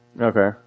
Okay